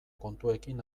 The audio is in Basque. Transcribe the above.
kontuekin